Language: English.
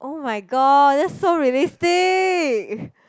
[oh]-my-god that's so realistic